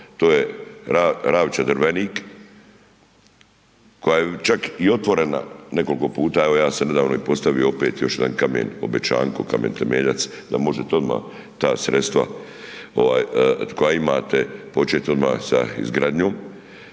To je Ravče-Drvenik, koja je čak i otvorena nekoliko puta, evo ja sam nedavno i postavio opet još jedan kamen Obećanko, kamen temeljac da možete odmah ta sredstva koja imate, počet odmah sa izgradnjom,